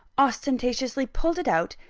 ostentatiously pulled it out,